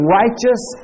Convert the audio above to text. righteous